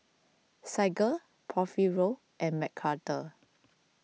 Saige Porfirio and Mcarthur